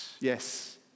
Yes